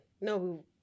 no